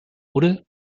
oder